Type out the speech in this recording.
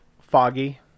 foggy